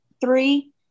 three